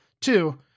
two